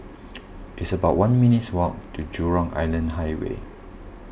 it's about one minutes' walk to Jurong Island Highway